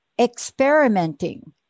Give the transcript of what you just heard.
experimenting